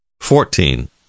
Fourteen